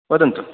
वदन्तु